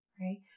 right